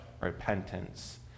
repentance